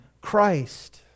Christ